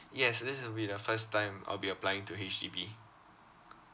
yes this will be the first time I'll be applying to H_D_B